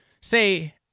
say